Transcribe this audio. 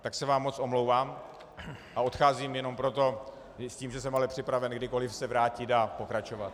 Tak se vám moc omlouvám a odcházím jenom proto a s tím, že jsem připraven kdykoliv se vrátit a pokračovat.